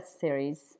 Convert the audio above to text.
series